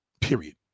Period